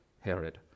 Herod